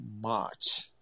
March